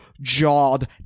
jawed